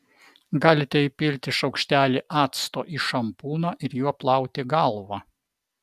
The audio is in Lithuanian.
galite įpilti šaukštelį acto į šampūną ir juo plauti galvą